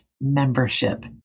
membership